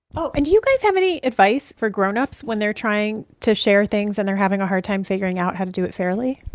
oh and do you guys have any advice for grown-ups when they're trying to share things and they're having a hard time figuring out how to do it fairly?